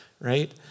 right